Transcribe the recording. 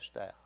out